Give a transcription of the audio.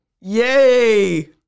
yay